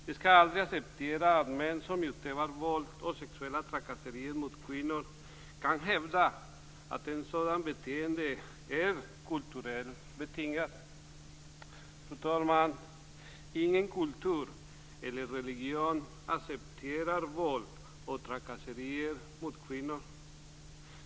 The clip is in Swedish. Vi skall aldrig acceptera att män som utövar våld och sexuella trakasserier mot kvinnor kan hävda att ett sådant beteende är kulturellt betingat. Fru talman! Ingen kultur eller religion accepterar våld och trakasserier mot kvinnor.